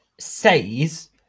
says